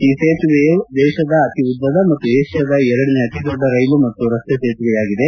ಈ ಸೇತುವೆಯ ದೇಶದ ಅತಿ ಉದ್ದದ ಮತ್ತು ಏಷ್ಟಾದ ಎರಡನೇ ಅತಿ ದೊಡ್ಡ ರೈಲು ಮತ್ತು ರಸ್ತೆ ಸೇತುವೆಯಾಗಿದೆ